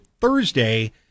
Thursday